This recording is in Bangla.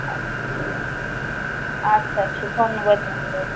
আচ্ছা আচ্ছা আচ্ছা আচ্ছা ধন্যবাদ ধন্যবাদ